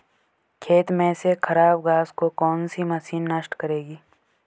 खेत में से खराब घास को कौन सी मशीन नष्ट करेगी?